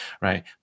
right